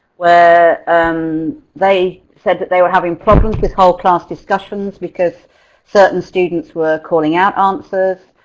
where um they said that they were having problems with whole class discussions, because certain students were calling out answers.